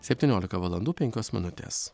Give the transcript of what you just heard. septyniolika valandų penkios minutės